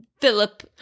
Philip